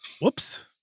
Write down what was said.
Whoops